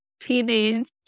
Teenage